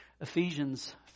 Ephesians